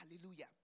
Hallelujah